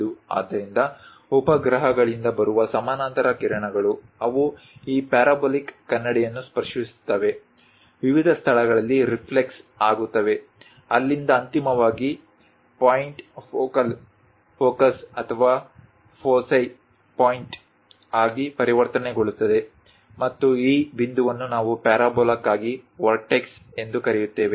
ಆದ್ದರಿಂದ ಉಪಗ್ರಹಗಳಿಂದ ಬರುವ ಸಮಾನಾಂತರ ಕಿರಣಗಳು ಅವು ಈ ಪ್ಯಾರಾಬೋಲಿಕ್ ಕನ್ನಡಿಯನ್ನು ಸ್ಪರ್ಶಿಸುತ್ತವೆ ವಿವಿಧ ಸ್ಥಳಗಳಲ್ಲಿ ರಿಫ್ಲಕ್ಸ್ ಆಗುತ್ತವೆ ಅಲ್ಲಿಂದ ಅಂತಿಮವಾಗಿ ಪಾಯಿಂಟ್ ಫೋಕಲ್ ಫೋಕಸ್ ಅಥವಾ ಫೋಸಿ ಪಾಯಿಂಟ್ ಆಗಿ ಪರಿವರ್ತನೆಗೊಳ್ಳುತ್ತದೆ ಮತ್ತು ಈ ಬಿಂದುವನ್ನು ನಾವು ಪ್ಯಾರಾಬೋಲಾಕ್ಕಾಗಿ ವರ್ಟೆಕ್ಸ್ ಎಂದು ಕರೆಯುತ್ತೇವೆ